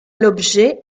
l’objet